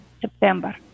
September